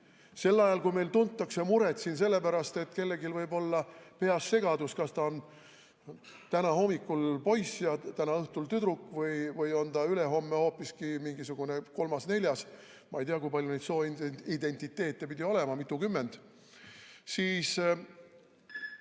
sel ajal, kui meil tuntakse siin muret sellepärast, et kellelgi võib olla peas segadus, kas ta on täna hommikul poiss ja täna õhtul tüdruk ja ülehomme hoopiski mingisugune kolmas-neljas – ma ei tea, kui palju neid sooidentiteete pidi olema, vist mitukümmend –, siis ...